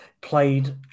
played